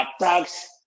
attacks